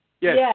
Yes